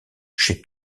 chez